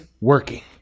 working